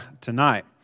tonight